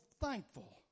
thankful